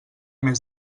més